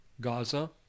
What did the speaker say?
Gaza